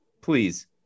Please